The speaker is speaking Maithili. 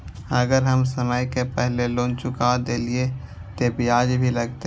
अगर हम समय से पहले लोन चुका देलीय ते ब्याज भी लगते?